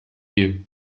you